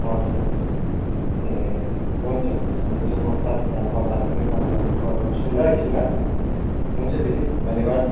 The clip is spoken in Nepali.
हजुर ए हुन्छ हुन्छ हुन्छ म साथीसँग सल्लाह गरिकन तपाईँलाई कल गर्छु नि ल एकछिनमा हुन्छ दिदी धन्यवाद